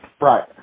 Right